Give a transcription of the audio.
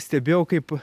stebėjau kaip